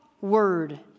word